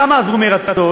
למה עזבו מרצון?